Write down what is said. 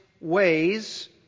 ways